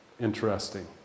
Interesting